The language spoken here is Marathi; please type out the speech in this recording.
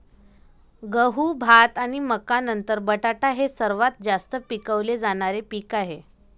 गहू, भात आणि मका नंतर बटाटा हे सर्वात जास्त पिकवले जाणारे पीक आहे